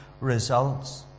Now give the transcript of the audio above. results